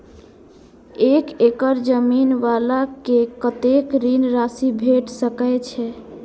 एक एकड़ जमीन वाला के कतेक ऋण राशि भेट सकै छै?